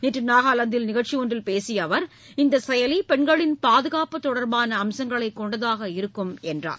நேற்று நாகாலாந்தில் நிகழ்ச்சி ஒன்றில் பேசிய அவர் இந்த செயலி பெண்களின் பாதுகாப்பு தொடர்பான அம்சங்களைக் கொண்டதாக இருக்கும் என்றார்